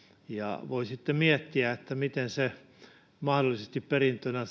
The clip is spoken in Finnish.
ja voi sitten miettiä että jos henkilö on mahdollisesti perintönä